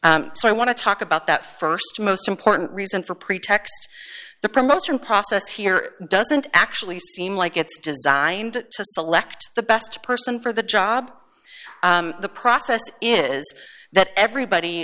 so i want to talk about that st most important reason for pretext the promotion process here doesn't actually seem like it's designed to select the best person for the job the process is that everybody